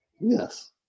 Yes